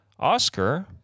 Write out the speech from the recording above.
Oscar